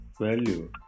value